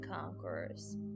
conquerors